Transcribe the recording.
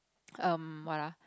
um what ah